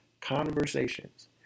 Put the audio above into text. conversations